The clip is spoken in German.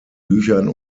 büchern